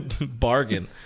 Bargain